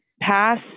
pass